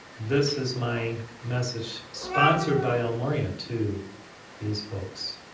this is my message, sponsored by el morya, to these folks.